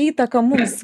įtaką mums